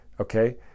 okay